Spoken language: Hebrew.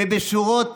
ובשורת